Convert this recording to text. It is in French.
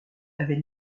avait